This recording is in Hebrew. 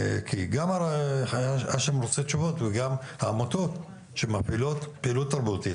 כי גם האשם רוצה תשובות וגם העמותות שמפעילות פעילות תרבותית,